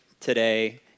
today